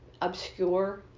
obscure